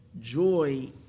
Joy